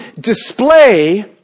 display